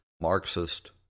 Marxist